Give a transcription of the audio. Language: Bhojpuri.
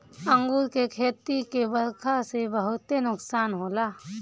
अंगूर के खेती के बरखा से बहुते नुकसान होला